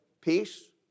peace